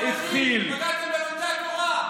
פגעתם בלומדי התורה.